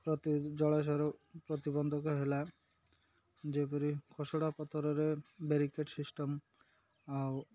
ପ୍ରତି ଜଳଶୟର ପ୍ରତିବନ୍ଧକ ହେଲା ଯେପରି ଖସଡ଼ା ପଥରରେ ବ୍ୟାରିକେଟ୍ ସିଷ୍ଟମ୍ ଆଉ